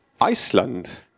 Iceland